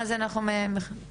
מה זה אנחנו מחדשים את הנושא?